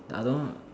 the other one